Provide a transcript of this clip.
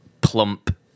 plump